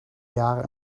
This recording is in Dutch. jaren